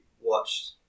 watched